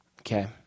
Okay